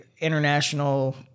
international